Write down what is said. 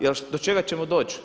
Jer do čega ćemo doći?